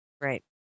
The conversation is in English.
right